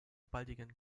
baldigen